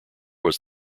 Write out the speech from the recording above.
was